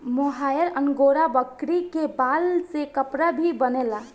मोहायर angora बकरी के बाल से कपड़ा भी बनेला